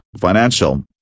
financial